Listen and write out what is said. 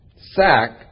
sack